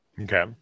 okay